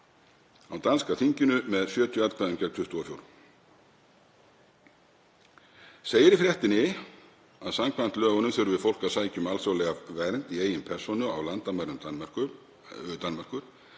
á danska þinginu með 70 atkvæðum gegn 24. Segir í fréttinni að samkvæmt lögunum þurfi fólk að sækja um alþjóðlega vernd í eigin persónu á landamærum Danmerkur.